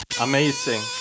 Amazing